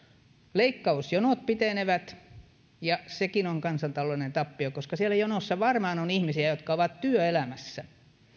leikkausjonot pitenevät ja sekin on kansataloudellinen tappio koska siellä jonossa varmaan on ihmisiä jotka ovat työelämässä